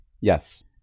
Yes